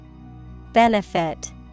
Benefit